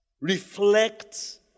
reflect